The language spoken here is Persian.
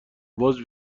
باز